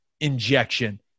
injection